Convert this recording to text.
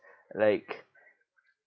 like